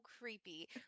creepy